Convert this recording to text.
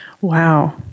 Wow